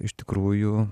iš tikrųjų